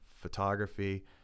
photography